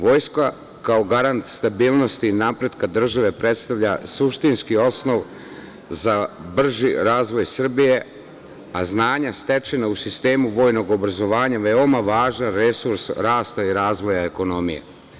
Vojska kao garant stabilnosti i napretka države predstavlja suštinski osnov za brži razvoj Srbije, a znanja stečena u sistemu vojnog obrazovanja veoma važan resurs rasta i razvoja ekonomije.